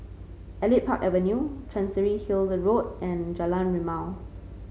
Elite Park Avenue Chancery Hill Road and Jalan Rimau